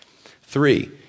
Three